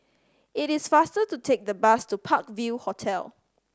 it is faster to take the bus to Park View Hotel